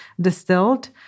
distilled